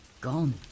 Gone